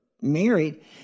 married